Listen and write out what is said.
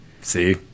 see